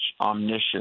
omniscience